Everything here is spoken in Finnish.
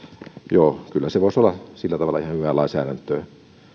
joo kyllä se voisi olla sillä tavalla ihan hyvää lainsäädäntöä